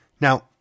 Now